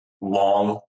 long